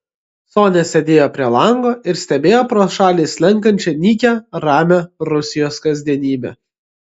sonia sėdėjo prie lango ir stebėjo pro šalį slenkančią nykią ramią rusijos kasdienybę